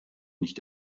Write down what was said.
nicht